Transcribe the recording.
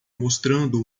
mostrando